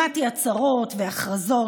שמעתי הצהרות והכרזות.